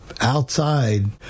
outside